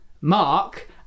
Mark